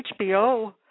HBO